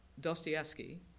Dostoevsky